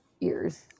ears